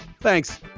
Thanks